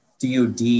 DOD